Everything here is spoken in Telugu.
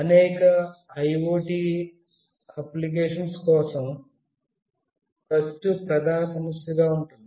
అనేక IoT అనువర్తనాల కోసం ఖర్చు ప్రధాన సమస్యగా ఉంటుంది